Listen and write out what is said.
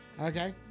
Okay